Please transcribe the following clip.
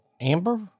Amber